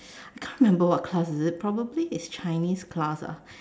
can't remember what class is it probably is Chinese class ah